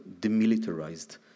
demilitarized